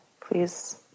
please